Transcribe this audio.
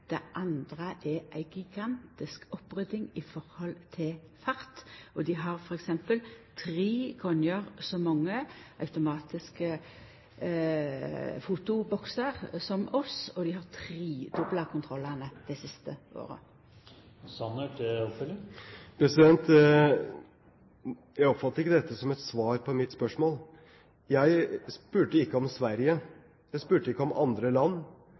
Det andre er ei gigantisk opprydding i forhold til fart. Dei har f.eks. tre gonger så mange automatiske fotoboksar som oss, og dei har tredobla kontrollane dei siste åra. Jeg oppfattet ikke dette som et svar på mitt spørsmål. Jeg spurte ikke om Sverige, jeg spurte ikke om andre land.